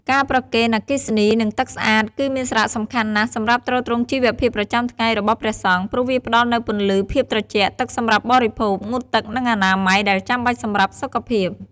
ការប្រគេនអគ្គិសនី និងទឹកស្អាត គឺមានសារៈសំខាន់ណាស់សម្រាប់ទ្រទ្រង់ជីវភាពប្រចាំថ្ងៃរបស់ព្រះសង្ឃ ព្រោះវាផ្ដល់នូវពន្លឺ ភាពត្រជាក់ ទឹកសម្រាប់បរិភោគ ងូតទឹក និងអនាម័យ ដែលចាំបាច់សម្រាប់សុខភាព។